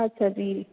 ਅੱਛਾ ਜੀ